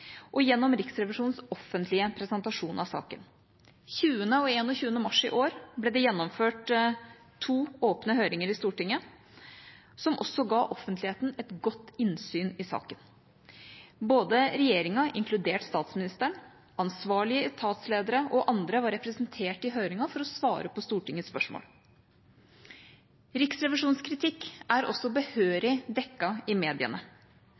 og gjennom Riksrevisjonens offentlige presentasjon av saken. Den 20. og 21. mars i år ble det gjennomført to åpne høringer i Stortinget, som også ga offentligheten et godt innsyn i saken. Både regjeringa, inkludert statsministeren, ansvarlige etatsledere og andre var representert i høringen for å svare på Stortingets spørsmål. Riksrevisjonens kritikk er også behørig dekket i mediene.